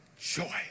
joy